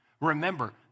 Remember